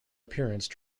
appearance